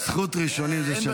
זכות הראשונים היא,